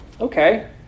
okay